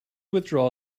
withdraw